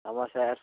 ஆமாம் சார்